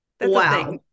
Wow